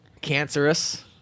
cancerous